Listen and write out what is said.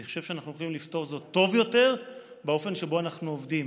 אני חושב שאנחנו הולכים לפתור זאת טוב יותר באופן שבו אנחנו עובדים: